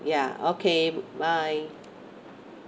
ya okay bye